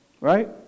Right